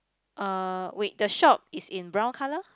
uh wait the shop is in brown colour